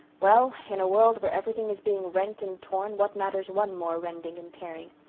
well, in a world where everything is being rent and torn what matters one more rending and tearing?